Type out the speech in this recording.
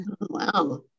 Wow